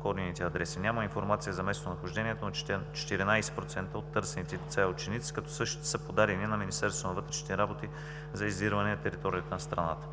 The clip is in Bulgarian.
обходените адреси. Няма информация за местонахождението на 14% от търсените деца и ученици, като същите са подадени на Министерството на вътрешните работи за издирване на територията на страната.